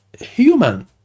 human